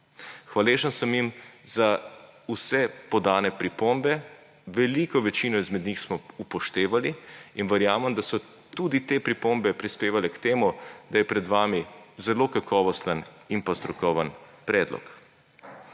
Hvaležen sem jim za vse podane pripombe, veliko večino izmed njih smo upoštevali in verjamem, da so tudi te pripombe prispevale k temu, da je pred vami zelo kakovosten in strokoven predlog.